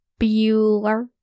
Bueller